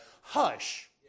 Hush